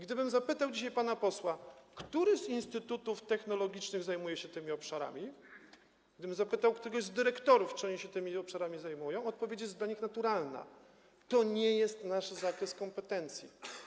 Gdybym zapytał dzisiaj pana posła, który z instytutów technologicznych zajmuje się tymi obszarami, gdybym zapytał któregoś z dyrektorów, czy oni się tymi obszarami zajmują, to odpowiedź jest dla nich naturalna: To nie jest nasz zakres kompetencji.